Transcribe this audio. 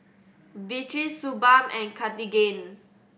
Vichy Suu Balm and Cartigain